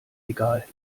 egal